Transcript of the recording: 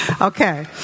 Okay